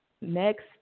Next